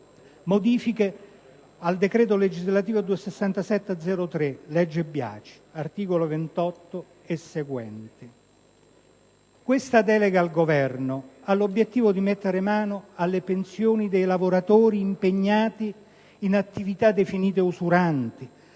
modifiche al decreto legislativo n. 276 del 2003, la cosiddetta legge Biagi (articoli 28 e seguenti). Questa delega al Governo ha l'obiettivo di mettere mano alle pensioni dei lavoratori impegnati in attività definite usuranti,